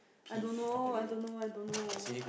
I don't know I don't know I don't know